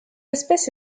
espèce